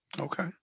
okay